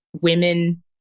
women